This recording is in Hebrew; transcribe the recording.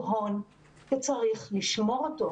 הון שצריך לשמור אותו.